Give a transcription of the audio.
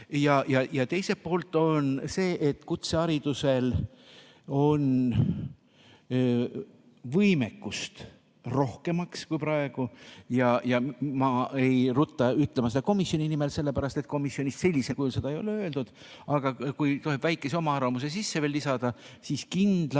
ja teiselt poolt on see, et kutseharidusel on võimekust teha rohkem kui praegu. Ma ei rutta ütlema seda komisjoni nimel, sellepärast et komisjonis sellisel kujul seda ei ole öeldud. Aga kui võib väikese oma arvamuse veel lisada, siis kindlasti